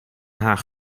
haag